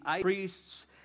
priests